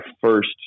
first